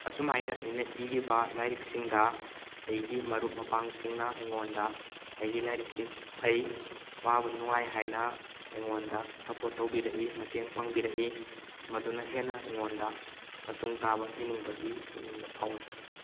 ꯑꯁꯨꯝ ꯍꯥꯏꯅ ꯑꯩꯅ ꯏꯈꯤꯕ ꯂꯥꯏꯔꯤꯛꯁꯤꯡꯗ ꯑꯩꯒꯤ ꯃꯔꯨꯞ ꯃꯄꯥꯡꯁꯤꯡꯅ ꯑꯩꯉꯣꯟꯗ ꯑꯩꯒꯤ ꯂꯥꯏꯔꯤꯛꯁꯦ ꯐꯩ ꯄꯥꯕ ꯅꯨꯡꯉꯥꯏ ꯍꯥꯏꯅ ꯑꯩꯉꯣꯟꯗ ꯁꯞꯄꯣꯔꯠ ꯇꯧꯕꯤꯔꯛꯏ ꯃꯇꯦꯡ ꯄꯥꯡꯕꯤꯔꯛꯏ ꯃꯗꯨꯅ ꯍꯦꯟꯅ ꯑꯩꯉꯣꯟꯗ ꯃꯇꯨꯡ ꯇꯥꯕ ꯏꯅꯤꯡꯕꯒꯤ ꯄꯨꯛꯅꯤꯡꯗ ꯐꯥꯎꯏ